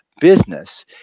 business